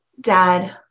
Dad